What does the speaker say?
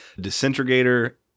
disintegrator